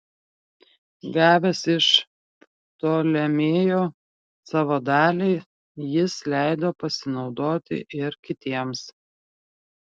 gavęs iš ptolemėjo savo dalį jis leido pasinaudoti ir kitiems